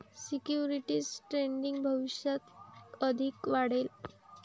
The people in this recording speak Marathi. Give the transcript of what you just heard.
सिक्युरिटीज ट्रेडिंग भविष्यात अधिक वाढेल